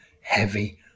heavy